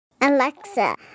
Alexa